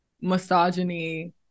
misogyny